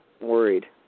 worried